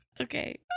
Okay